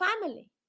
family